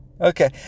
okay